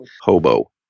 Hobo